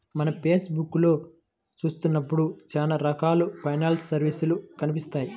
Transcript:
మనం ఫేస్ బుక్కులో చూత్తన్నప్పుడు చానా రకాల ఫైనాన్స్ సర్వీసులు కనిపిత్తాయి